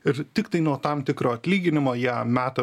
ir tiktai nuo tam tikro atlyginimo ją meta